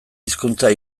hizkuntza